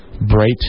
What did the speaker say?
bright